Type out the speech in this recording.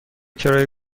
کرایه